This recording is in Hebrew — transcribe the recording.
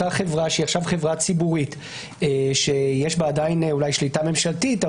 אותה חברה שהיא עכשיו חברה ציבורית שיש בה עדיין אולי שליטה ממשלתית,